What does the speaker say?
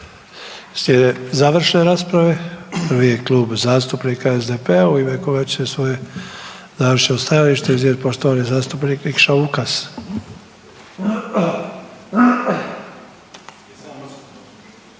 završne rasprave prvi je Klub zastupnika SDP-a u ime kojeg će svoje završno stajalište iznijeti poštovani zastupnik Nikša Vukas.